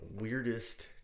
...weirdest